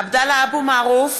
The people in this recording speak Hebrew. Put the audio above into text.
עבדאללה אבו מערוף,